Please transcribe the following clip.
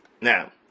Now